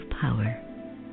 power